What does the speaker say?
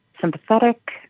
sympathetic